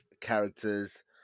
Characters